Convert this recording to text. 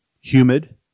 Humid